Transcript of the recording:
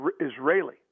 Israeli